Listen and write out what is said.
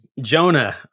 Jonah